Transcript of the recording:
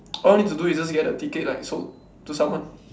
all you need to do is to just get the ticket like to sold to someone